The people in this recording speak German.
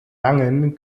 langen